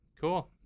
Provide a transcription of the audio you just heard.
Cool